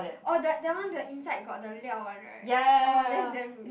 orh the that one the inside got the 料 one right oh that's damn good